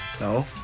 No